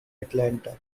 atlanta